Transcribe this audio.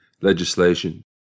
legislation